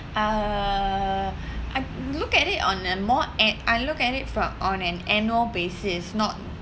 uh I look at it on an more at I look at it from on an annual basis not